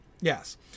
Yes